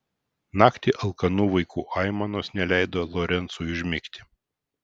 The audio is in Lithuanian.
naktį alkanų vaikų aimanos neleido lorencui užmigti